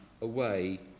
away